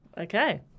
Okay